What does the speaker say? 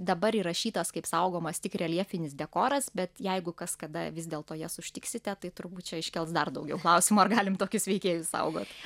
dabar įrašytas kaip saugomas tik reljefinis dekoras bet jeigu kas kada vis dėlto jas užtiksite tai turbūt čia iškels dar daugiau klausimų ar galim tokius veikėjus saugot